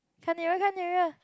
come nearer come nearer